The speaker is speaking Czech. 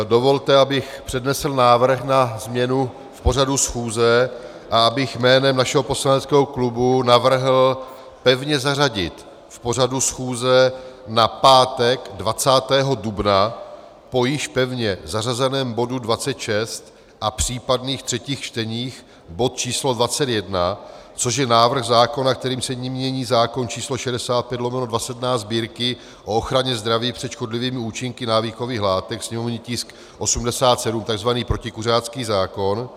Dovolte, abych přednesl návrh na změnu pořadu schůze a abych jménem našeho poslaneckého klubu navrhl pevně zařadit v pořadu schůze na pátek 20. dubna po již pevně zařazeném bodu 26 a případných třetích čteních bod číslo 21, což je návrh zákona, kterým se mění zákon č. 65/2017 Sb., o ochraně zdraví před škodlivými účinky návykových látek, sněmovní tisk 87, takzvaný protikuřácký zákon.